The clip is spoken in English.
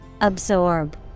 Absorb